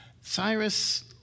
Cyrus